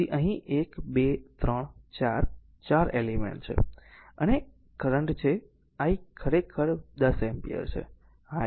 તેથી અહીં 1 2 3 4 4 એલિમેન્ટ છે અને કરંટ છે આ I ખરેખર 10 એમ્પીયર છે